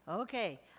okay.